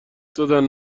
دادن